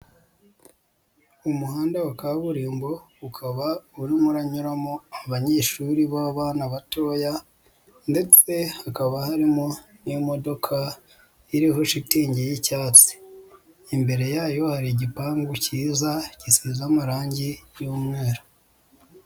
Umuhanda wa kaburimbo ukaba urimo uranyuramo abanyeshuri b'abana batoya ndetse hakaba harimo n'imodoka iriho shitingi y'icyatsi, imbere yayo hari igipangu cyiza gisize amarange y'umweru.